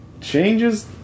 changes